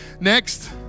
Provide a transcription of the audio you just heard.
Next